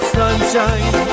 sunshine